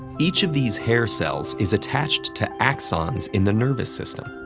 each of these hair cells is attached to axons in the nervous system.